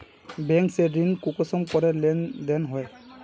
Bank से ऋण कुंसम करे लेन देन होए?